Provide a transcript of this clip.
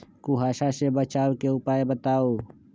कुहासा से बचाव के उपाय बताऊ?